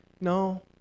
No